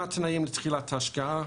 מה התנאים לתחילת ההשקעה?